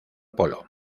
polo